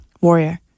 Warrior